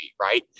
right